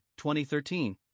2013